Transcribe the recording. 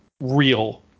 real